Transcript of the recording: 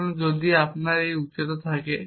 সুতরাং যদি আপনার এই উচ্চতা থাকে